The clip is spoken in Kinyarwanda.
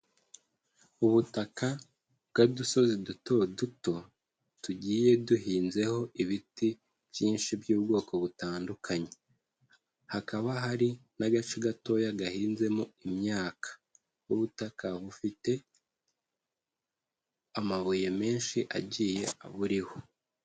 Ubutaka bwari udusozi duto duto tugiye duhinzeho ibiti byinshi by'ubwoko butandukanye. Hakaba hari n'agace gatoya gahinzemo imyaka. Ubutaka bufite amabuye menshi agiye aburiho.